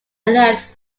elects